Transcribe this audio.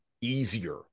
easier